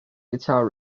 guitar